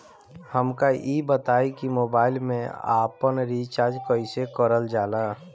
हमका ई बताई कि मोबाईल में आपन रिचार्ज कईसे करल जाला?